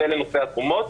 זה לנושא התרומות.